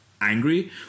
angry